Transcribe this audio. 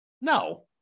No